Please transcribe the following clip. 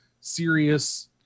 serious